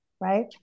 right